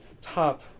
top